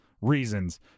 reasons